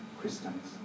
Christians